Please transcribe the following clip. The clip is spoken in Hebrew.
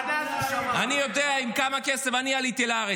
אני יודע עם כמה כסף אני עליתי לארץ,